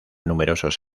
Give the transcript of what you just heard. numerosos